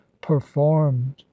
performed